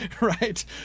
right